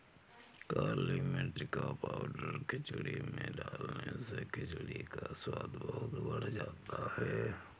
काली मिर्च का पाउडर खिचड़ी में डालने से खिचड़ी का स्वाद बहुत बढ़ जाता है